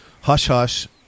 hush-hush